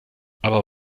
aber